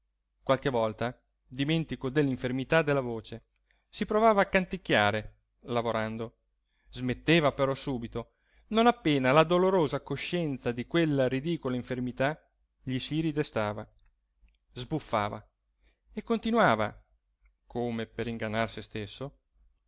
stancarsi qualche volta dimentico della infermità della voce si provava a canticchiare lavorando smetteva però subito non appena la dolorosa coscienza di quella ridicola infermità gli si ridestava sbuffava e continuava